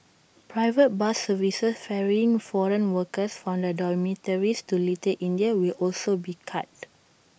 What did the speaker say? private bus services ferrying foreign workers from their dormitories to little India will also be cut